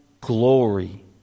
glory